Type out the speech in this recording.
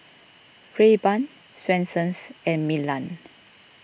Rayban Swensens and Milan